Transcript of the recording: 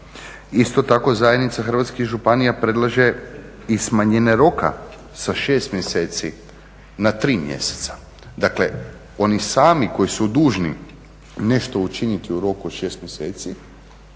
Isto tako Zajednica hrvatskih županija predlaže i smanjenje roka sa 6 mjeseci na 3 mjeseca, dakle oni sami koji su dužni nešto učiniti u roku od 6 mjeseci,